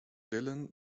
dillon